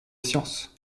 science